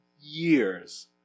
years